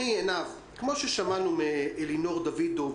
כפי ששמענו מאלינור דוידוב,